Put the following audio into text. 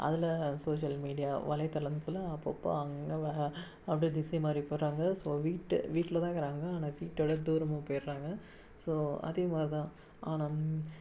அதில் social media வலைத்தளத்தில் அப்பப்போ அங்கங்கே வர்ற அப்படியே திசைமாரி போயிர்றாங்க ஸோ வீட்டு வீட்டில்தான் இக்கிறாங்க ஆனால் வீட்டோட தூரமாக போயிடுறாங்க ஸோ அதேமாரிதான் ஆனால்